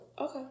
okay